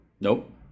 Nope